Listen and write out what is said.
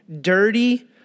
Dirty